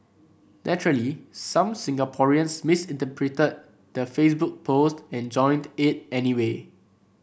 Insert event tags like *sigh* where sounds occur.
naturally some Singaporeans *unintelligible* the Facebook post and joined it anyway